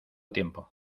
tiempo